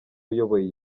uyoboye